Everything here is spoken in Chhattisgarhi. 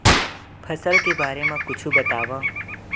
फसल के बारे मा कुछु बतावव